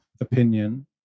opinion